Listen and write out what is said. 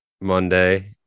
Monday